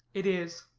it is.